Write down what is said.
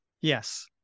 Yes